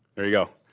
there you go.